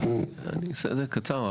אני אעשה את זה קצר.